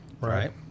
Right